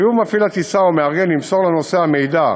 חיוב מפעיל הטיסה או מארגן למסור לנוסע מידע